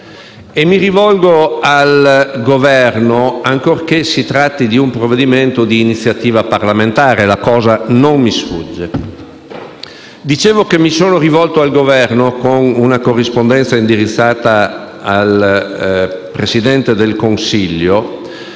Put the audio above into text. e mi rivolgo al Governo ancorché si tratti di un provvedimento di iniziativa parlamentare (la cosa non mi sfugge). Mi sono rivolto al Governo con una corrispondenza indirizzata al Presidente del Consiglio,